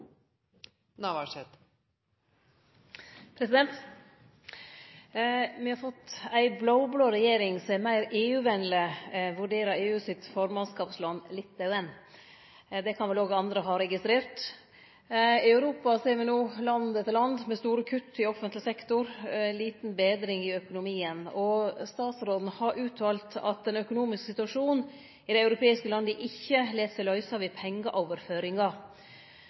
EU. Me har fått ei blå-blå regjering som er meir EU-venleg. Slik vurderer EU sitt formannskapsland Litauen det. Det kan vel òg andre ha registert. I Europa ser me no land etter land med store kutt i offentleg sektor. Det er lita betring i økonomien. Statsråden har uttalt at den økonomiske situasjonen i dei europeiske landa ikkje lèt seg løyse med pengeoverføringar.